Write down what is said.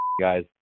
guys